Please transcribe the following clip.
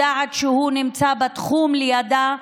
יודעת שהוא נמצא לידה,